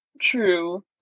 True